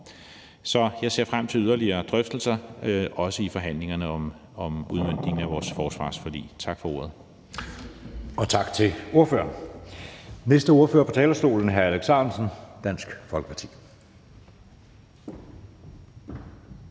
Så jeg ser frem til yderligere drøftelser, også i forhandlingerne om udmøntning af vores forsvarsforlig. Tak for ordet. Kl. 10:51 Anden næstformand (Jeppe Søe): Tak til ordføreren. Næste ordfører på talerstolen er hr. Alex Ahrendtsen, Dansk Folkeparti.